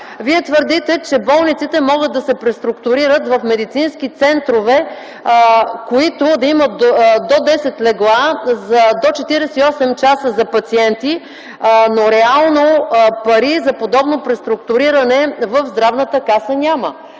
Вие твърдите, че болниците могат да се преструктурират в медицински центрове, които да имат до 10 легла с до 48 часа за пациенти, но реално пари за подобно преструктуриране в Здравната каса няма.